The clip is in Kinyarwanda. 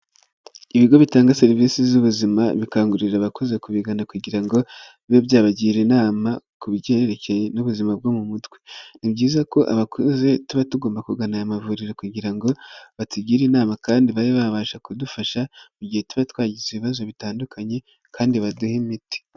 Ibigo bitanga serivisi z'ubuzima bikangurira abakozi kubigana kugira ngo bibe byabagira inama ku byerekeye n'ubuzima bwo mu mutwe, ni byiza ko abakuze tuba tugomba kugana aya mavuriro kugira ngo batugire inama kandi babe babasha kudufasha mu gihe tuba twagize ibibazo bitandukanye kandi baduhe imiti.